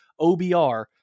OBR